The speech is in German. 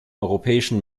europäischen